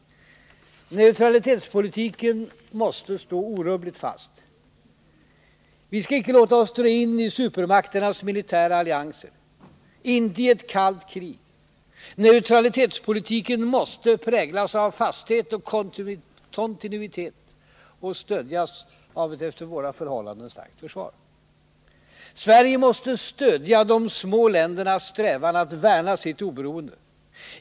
Neutralitetspolitiken måste stå orubbligt fast. Vi skall icke låta oss dras in i supermakternas militära allianser, inte i ett kallt krig. Neutralitetspolitiken måste präglas av fasthet och kontinuitet och stödjas av ett efter våra förhållanden starkt försvar. Sverige måste stödja de små ländernas strävan att värna sitt oberoende.